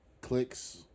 clicks